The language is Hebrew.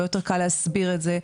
הרבה יותר קל להסביר את זה.